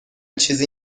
چیزی